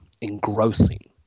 engrossing